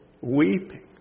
weeping